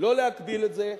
לא להגביל את זה.